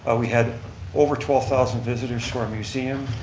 ah we had over twelve thousand visitors to our museum.